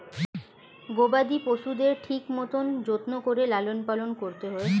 গবাদি পশুদের ঠিক মতন যত্ন করে লালন পালন করতে হয়